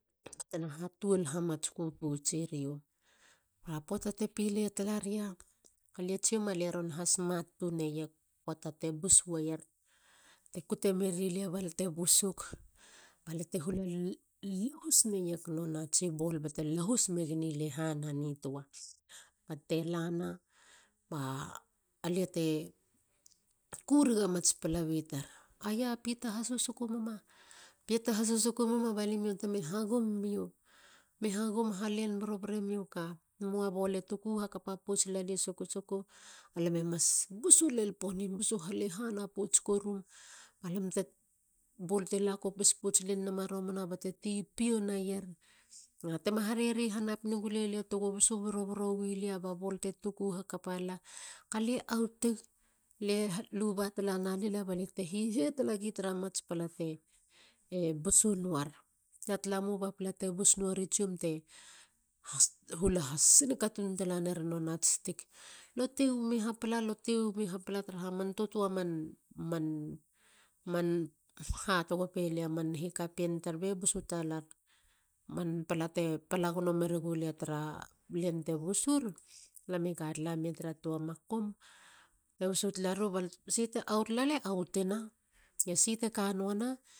Batena hatiol hamatsku poutse rio. Ba poata te pile tala ria. a lie tsiom a lie ron ha smat tuneieg poata te bus weier. te kute merilia balia te busuk ba lia te hula lahus neieg nonatsi bol bate laahus megen i lehanantoa. bate lana ba. a lia te ku rega mats palabi tar. aya. pita hasusukumuma. piata hasusuku muma ba limio te mi hagum miou. mi hagum halen borobore miu ka. Moa kaba bol e tuku hakapa pouts lale sukusuku. balame mas busum len ponim. busu halehana pouts koru. ba bol te la kopis nama bate pio naier. Tema hareri hanap negulelia togo busu boroboro wi lia ba bol te butu hakapa lala. galie autig. Lie luba tala nalila ba lia te hihe talagi tra mats pala te busu nuar. Tara talamou ba mats pala te busu nuar te hulaha singata ner nonats stick. Lo ti wimi hapala. lo ti wimi hapala taraha man hikapien tar be busu talar. Man pala te pala gono meregulia tru len te busur. lame ka tala mia tara tua makum. bate busu tala rio. E si te aut lale autin toana. ge si te kanua na